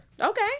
Okay